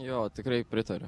jo tikrai pritariu